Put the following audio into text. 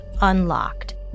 unlocked